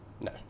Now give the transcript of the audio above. No